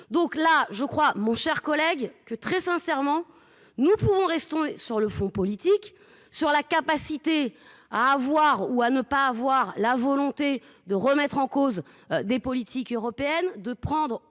Donc là je crois, mon cher collègue que très sincèrement nous pourrons restons sur le fond politique sur la capacité à voir ou à ne pas avoir la volonté de remettre en cause des politiques européennes de prendre